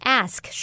ask